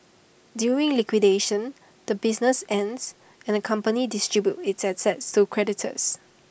during liquidation the business ends and the company distributes its assets to creditors